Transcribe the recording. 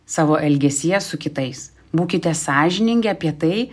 savo elgesyje su kitais būkite sąžiningi apie tai